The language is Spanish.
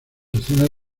escenas